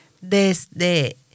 Desde